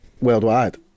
worldwide